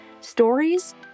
Stories